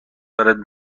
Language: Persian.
دارد